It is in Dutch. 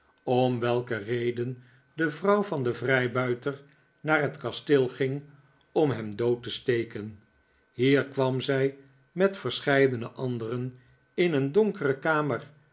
om welke reden de vrouw van den vrijbuiter naar het kasteel ging om hem dood te steken hier kwam zij met verscheidene anderen in een donkere kamer